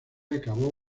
acabó